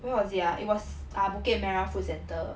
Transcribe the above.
where was it ah it was um bukit merah food centre